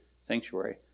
sanctuary